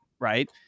Right